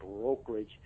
brokerage